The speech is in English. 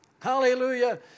Hallelujah